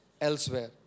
elsewhere